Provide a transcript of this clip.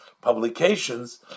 publications